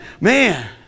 Man